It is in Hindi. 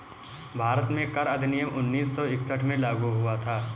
भारत में कर अधिनियम उन्नीस सौ इकसठ में लागू हुआ था